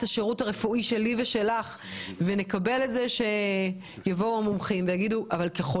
השירות הרפואי שלי ושלך ונקבל את זה שיבואו מומחים ויגידו ככל